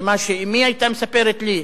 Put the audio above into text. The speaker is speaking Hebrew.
במה שאמי היתה מספרת לי,